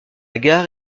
gare